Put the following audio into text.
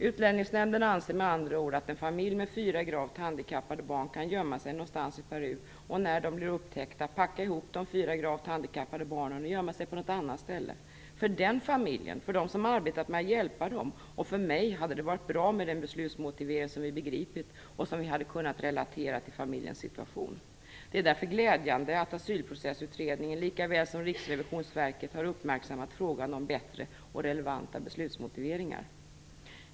Utlänningsnämnden anser med andra ord att en familj med fyra gravt handikappade barn kan gömma sig någonstans i Peru, och när de blir upptäckta packa ihop de fyra gravt handikappade barnen och gömma sig på något annat ställe. För den familjen, för de som arbetat med att hjälpa dem och för mig hade det varit bra med en beslutsmotivering som vi begripit och som vi hade kunnat relatera till familjens situation. Det är därför glädjande att Asylprocessutredningen likaväl som Riksrevisionsverket har uppmärksammat frågan om bättre och relevanta beslutsmotiveringar.